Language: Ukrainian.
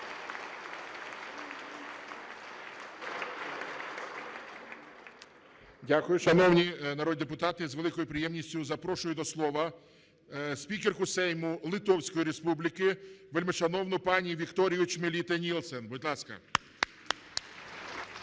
Дякую. Шановні народні депутати з великою приємністю запрошую до слова спікерку Сейму Литовської Республіки вельмишановну пані Вікторію Чмілітє-Нільсен, будь ласка.